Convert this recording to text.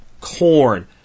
corn